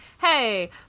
hey